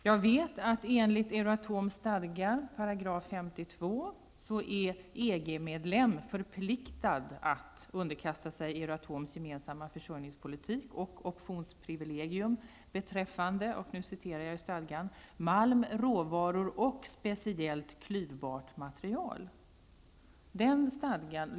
Jag vet att enligt Euratoms stadgar, 52 §, är EG medlem förpliktigad att underkasta sig Euratoms gemensamma försörjningspolitik och optionsprivilegium beträffande malm, råvaror och speciellt klyvbart material.